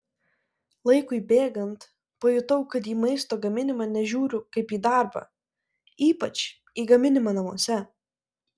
laikui bėgant pajutau kad į maisto gaminimą nežiūriu kaip į darbą ypač į gaminimą namuose